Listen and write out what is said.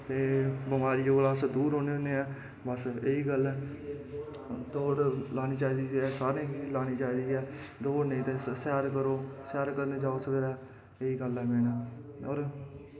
ते बमारियें कोला दा अस दूर रौह्ने होन्ने आं बस एह् गल्ल ऐ दौड़ लानी चाहिदी सारें गी लानी चाहिदी ऐ दौड़ नेईं तां सैर करो सैर करन जाओ सवेरै एह् गल्ल ऐ होर